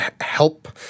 help